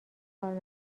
کار